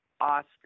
Oscar